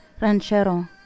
ranchero